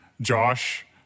Josh